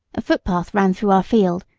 a footpath ran through our field,